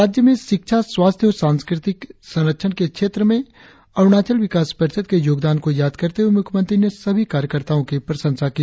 राज्य में शिक्षा स्वास्थ्य और सांस्कृतिक संरक्षण के क्षेत्र में अरुणाचल विकास परिषद के योगदान को याद करते हुए मुख्यमंत्री ने सभी कार्यकर्ताओं की प्रशंसा की